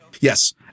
Yes